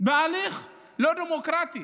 בהליך לא דמוקרטי.